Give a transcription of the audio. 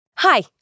Hi